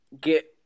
get